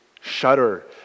shudder